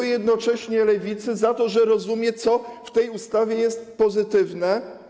Jednocześnie dziękuję Lewicy za to, że rozumie, co w tej ustawie jest pozytywne.